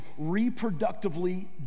Reproductively